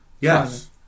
yes